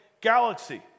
galaxy